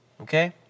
okay